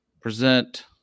Present